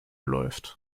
läuft